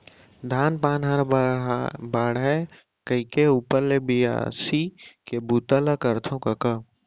धान पान हर बाढ़य कइके ऊपर ले बियासी के बूता ल करथव कका